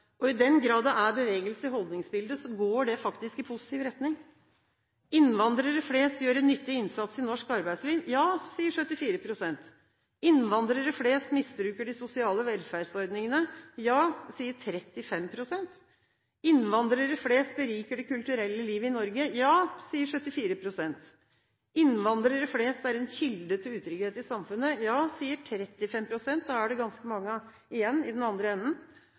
I den grad det er bevegelse i holdningsbildet, går det i positiv retning: Innvandrere flest gjør en nyttig innsats i norsk arbeidsliv. Ja, sier 74 pst. Innvandrere flest misbruker de sosiale velferdsordningene. Ja, sier 35 pst. Innvandrere flest beriker det kulturelle livet i Norge. Ja, sier 74 pst. Innvandrere flest er en kilde til utrygghet i samfunnet. Ja, sier 35 pst. – Da er det ganske mange igjen i den andre enden.